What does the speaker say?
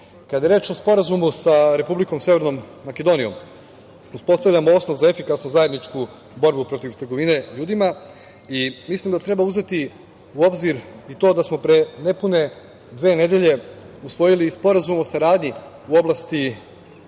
je reč o Sporazumu sa Republikom Severnom Makedonijom uspostavljamo osnov za efikasnu zajedničku borbu protiv trgovine ljudima i mislim da treba uzeti u obzir i to da smo pre nepune dve nedelje usvojili i Sporazum o saradnji u oblasti